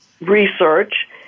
research